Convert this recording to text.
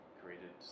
created